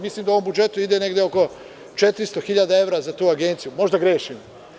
Mislim da u ovom budžetu ide negde oko 400.000 evra za tu agenciju, možda grešim.